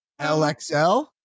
LXL